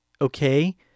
okay